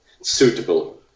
suitable